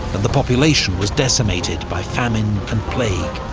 and the population was decimated by famine and plague.